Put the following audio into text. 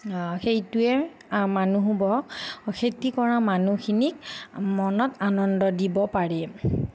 সেইটোৱে মানুহ বা খেতি কৰা মানুহখিনিক মনত আনন্দ দিব পাৰে